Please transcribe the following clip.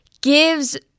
gives